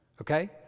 Okay